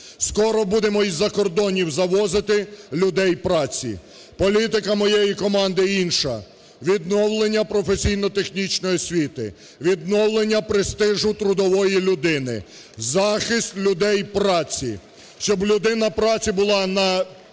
Скоро будемо із-за кордонів завозити людей праці. Політика моєї команди інша. Відновлення професійно-технічної освіти, відновлення престижу трудової людини, захист людей праці, щоб людина праці була на